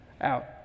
out